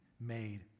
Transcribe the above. made